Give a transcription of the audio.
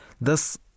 thus